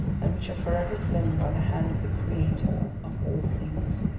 and which are forever sown by the hand of the creator of all things.